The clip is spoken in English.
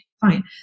Fine